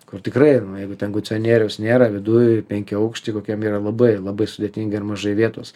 kur tikrai jeigu ten kodicionieriaus nėra viduj penkiaaukšty kokiam yra labai labai sudėtinga ir mažai vietos